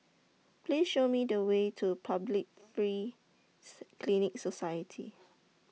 Please Show Me The Way to Public Free Clinic Society